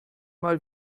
mal